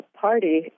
party